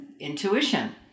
intuition